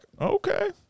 okay